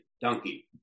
donkey